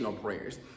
prayers